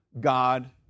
God